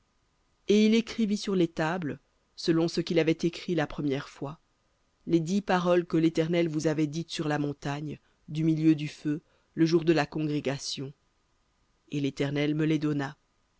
et il écrivit sur les tables selon ce qu'il avait écrit la première fois les dix paroles que l'éternel vous avait dites sur la montagne du milieu du feu le jour de la congrégation et l'éternel me les donna